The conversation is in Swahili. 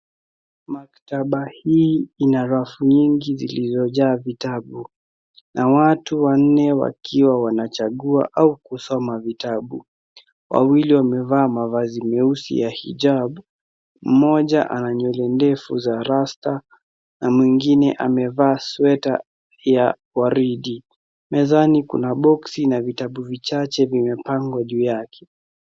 Maktaba hii ina rafu nyingi zilizojaa vitabu na watu wanne wakiwa wanachagua au kusoma vitabu. Wawili wamevaa mavazi meusi ya hijab , mmoja ana nywele ndefu za rasta na mwingine amevaa sweta ya waridi. Mezani kuna boksi na vitabu vichache vimepangwa juu yake.